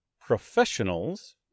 professionals